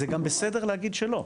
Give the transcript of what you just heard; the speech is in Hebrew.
זה גם בסדר להגיד שלא.